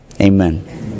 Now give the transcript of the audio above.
Amen